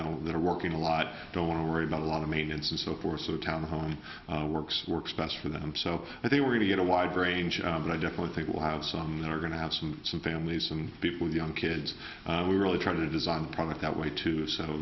know they're working a lot don't want to worry about a lot of maintenance and so forth so townhome works works best for them so i think we're going to get a wide range and i definitely think we'll have some that are going to have some some families some people young kids we're really trying to design a product that way to